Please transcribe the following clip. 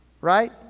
right